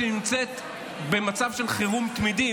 שנמצאת במצב של חירום תמידי,